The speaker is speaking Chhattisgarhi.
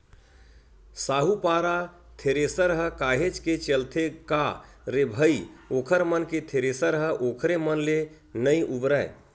साहूपारा थेरेसर ह काहेच के चलथे का रे भई ओखर मन के थेरेसर ह ओखरे मन ले नइ उबरय